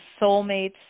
soulmates